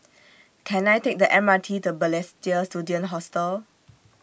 Can I Take The M R T to Balestier Student Hostel